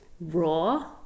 raw